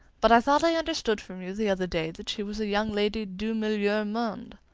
but i thought i understood from you the other day that she was a young lady du meilleur monde.